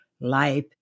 life